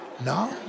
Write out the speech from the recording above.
No